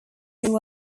who